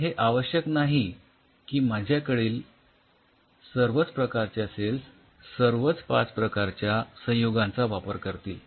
तर हे आवश्यक नाही की माझ्याकडील सर्वच प्रकारच्या सेल्स सर्वच ५ प्रकारच्या संयुगांचा वापर करतील